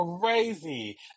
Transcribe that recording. crazy